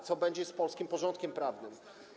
Co będzie z polskim porządkiem prawnym?